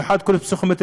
ובמיוחד כל הפסיכומטרי,